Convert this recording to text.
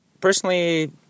personally